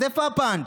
אז איפה הפאנץ'?